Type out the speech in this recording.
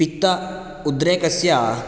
पित्त उद्रेकस्य